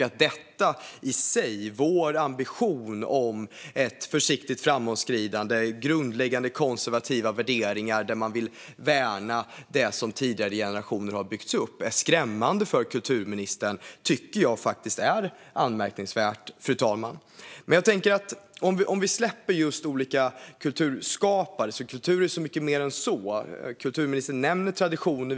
Att detta i sig, alltså vår ambition om ett försiktigt framåtskridande och grundläggande konservativa värderingar där man vill värna det som tidigare generationer har byggt upp, är skrämmande för kulturministern är faktiskt anmärkningsvärt, fru talman. Men vi kan släppa det här med olika kulturskapare. Kultur är mycket mer än så. Kulturministern nämnde traditioner.